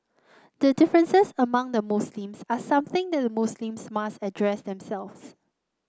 the differences among the Muslims are something the Muslims must address themselves